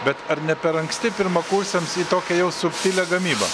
bet ar ne per anksti pirmakursiams į tokią jau subtilią gamybą